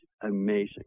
amazing